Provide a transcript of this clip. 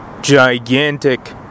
gigantic